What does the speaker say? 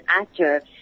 actor